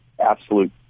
absolute